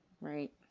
Right